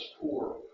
poor